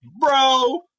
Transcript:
bro